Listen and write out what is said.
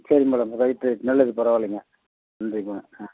சரிங்க madam right right நல்லது பரவாயில்லைங்க நன்றிங்க ஆ